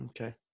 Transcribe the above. Okay